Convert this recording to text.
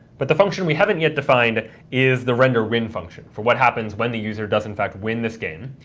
but the function we haven't yet defined is the render win function for what happens when the user does in fact win this game.